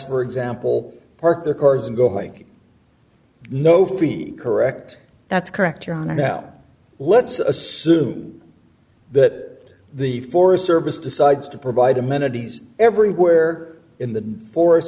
for example park their cars and go hiking no fee correct that's correct your honor now let's assume that the forest service decides to provide amenities everywhere in the forest